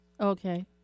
Okay